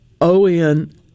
O-N